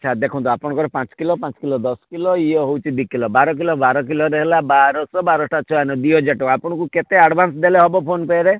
ଆଚ୍ଛା ଦେଖନ୍ତୁ ଆପଣଙ୍କର ପାଞ୍ଚ କିଲୋ ପାଞ୍ଚ କିଲୋ ଦଶ କିଲୋ ଇଏ ହେଉଛି ଦୁଇ କିଲୋ ବାର କିଲୋ ବାର କିଲୋରେ ହେଲା ବାରଶହ ବାର ଅଷ୍ଟା ଛୟାନବେ ଦୁଇ ହଜାର ଟଙ୍କା ଆପଣଙ୍କୁ କେତେ ଆଡ଼ଭାନ୍ସ ଦେଲେ ହେବ ଫୋନ୍ ପେରେ